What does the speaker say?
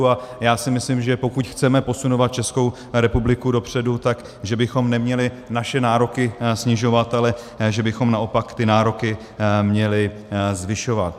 A já si myslím, že pokud chceme posunovat Českou republiku dopředu, že bychom neměli naše nároky snižovat, ale že bychom naopak ty nároky měli zvyšovat.